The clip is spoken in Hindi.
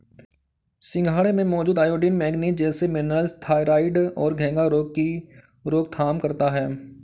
सिंघाड़े में मौजूद आयोडीन, मैग्नीज जैसे मिनरल्स थायरॉइड और घेंघा रोग की रोकथाम करता है